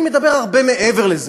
אני מדבר על הרבה מעבר לזה.